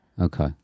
okay